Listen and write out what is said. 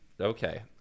Okay